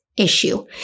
Issue